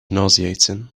nauseating